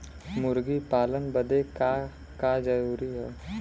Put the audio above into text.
मुर्गी पालन बदे का का जरूरी ह?